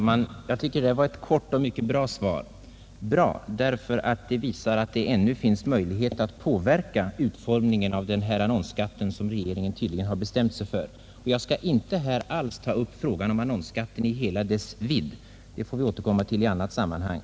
Herr talman! Det här var ett kort och mycket bra svar, bra därför att det visar att det ännu finns möjlighet att påverka utformningen av den annonsskatt som regeringen tydligen har bestämt sig för. Jag skall inte alls ta upp problemet om annonsskatten i hela dess vidd. Den får vi återkomma till i annat sammanhang.